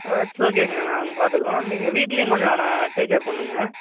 ஆ it's ஓகேங்க நாங்கள் பார்த்துக்குறோம் நீங்கள் வீட்லையும் கொஞ்சம் அவனை டேக்கேர் பண்ணுங்கள்